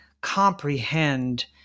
comprehend